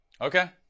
Okay